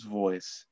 voice